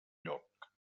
lloc